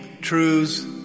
truths